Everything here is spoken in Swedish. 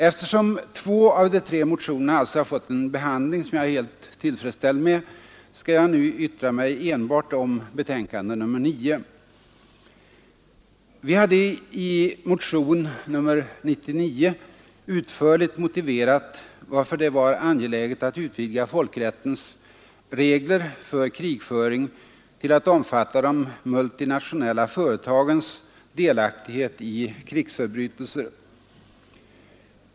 Eftersom två av de tre motionerna alltså har fått en behandling som jag är helt tillfredsställd med skall jag nu yttra mig enbart om betänkande nr 9. Vi hade i motion nr 99 utförligt motiverat varför det var angeläget att utvidga folkrättens regler för krigföring till att omfatta de multinationella företagens delaktighet i krigsförbrytelser.